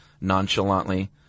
nonchalantly